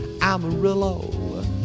Amarillo